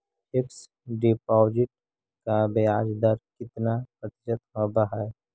Fix deposit का ब्याज दर कितना प्रतिशत होब है?